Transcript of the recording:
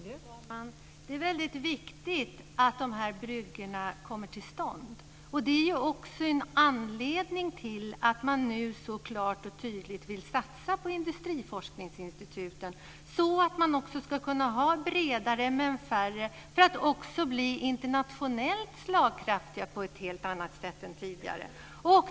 Fru talman! Det är väldigt viktigt att de här bryggorna kommer till stånd, och det är också en anledning till att man nu så klart och tydligt vill satsa på industriforskningsinstituten så att man också ska kunna ha bredare men färre, för att också bli internationellt slagkraftig på ett helt annat sätt än tidigare.